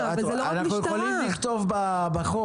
אנחנו יכולים לכתוב בחוק